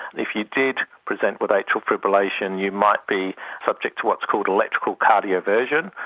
if you did present with atrial fibrillation you might be subject to what's called electrical cardioversion,